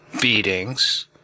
beatings